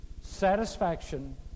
satisfaction